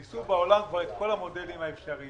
ניסו בעולם כבר את כל המודלים האפשריים,